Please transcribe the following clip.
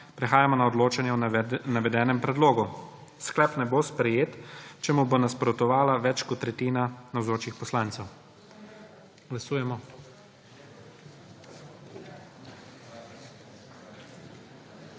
Prehajamo na odločanje o navedenem predlogu. Sklep ne bo sprejet, če mu bo nasprotovala več kot tretjina navzočih poslancev. Glasujemo.